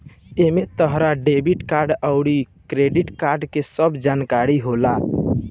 एमे तहार डेबिट अउर क्रेडित कार्ड के सब जानकारी होला